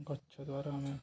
ଗଛ ଦ୍ୱାରା ଆମେ